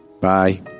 Bye